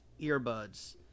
earbuds